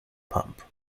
pump